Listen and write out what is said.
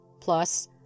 Plus